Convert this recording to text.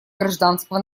гражданского